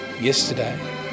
yesterday